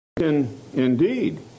indeed